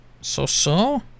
So-so